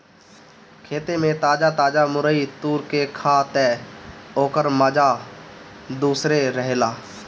खेते में ताजा ताजा मुरई तुर के खा तअ ओकर माजा दूसरे रहेला